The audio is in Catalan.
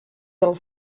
del